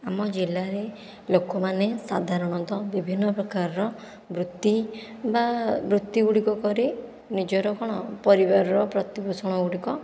ଆମ ଜିଲ୍ଲାରେ ଲୋକମାନେ ସାଧାରଣତଃ ବିଭିନ୍ନପ୍ରକାର ବୃତ୍ତି ବା ବୃତ୍ତିଗୁଡ଼ିକ କରି ନିଜର କ'ଣ ପରିବାରର ପ୍ରତିପୋଷଣ ଗୁଡ଼ିକ